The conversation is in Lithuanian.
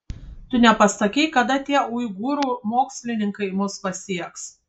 tu nepasakei kada tie uigūrų mokslininkai mus pasieks